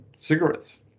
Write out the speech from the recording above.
Cigarettes